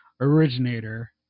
originator